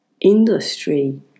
industry